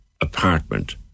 apartment